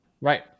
right